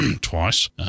twice